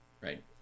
right